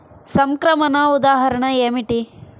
సంక్రమణ ఉదాహరణ ఏమిటి?